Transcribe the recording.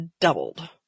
doubled